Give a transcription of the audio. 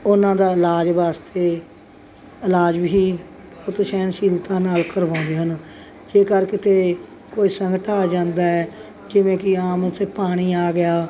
ਉਹਨਾਂ ਦਾ ਇਲਾਜ ਵਾਸਤੇ ਇਲਾਜ ਵੀ ਬਹੁਤ ਸਹਿਣਸ਼ੀਲਤਾ ਨਾਲ ਕਰਵਾਉਂਦੇ ਹਨ ਜੇਕਰ ਕਿਤੇ ਕੋਈ ਸੰਕਟ ਆ ਜਾਂਦਾ ਹੈ ਜਿਵੇਂ ਕਿ ਆਮ ਉੱਥੇ ਪਾਣੀ ਆ ਗਿਆ